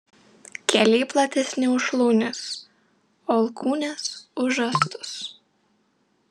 keliai platesni už šlaunis o alkūnės už žastus